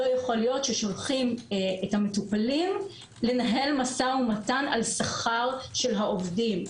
לא יכול להיות ששולחים את המטופלים לנהל משא-ומתן על שכר העובדים.